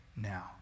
now